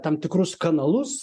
tam tikrus kanalus